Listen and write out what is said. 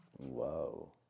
whoa